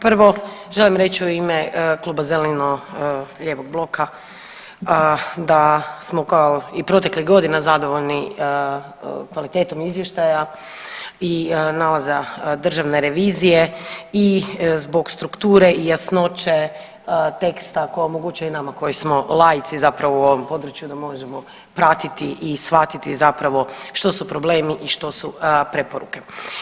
Prvo želim reći u ime Kluba zeleno-lijevog bloka da smo kao i proteklih godina zadovoljni kvalitetom izvještaja i nalaza Državne revizije i zbog strukture, jasnoće teksta koja omogućuje i nama koji smo laici zapravo u ovom području da možemo pratiti i shvatiti zapravo što su problemi i što su preporuke.